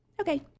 okay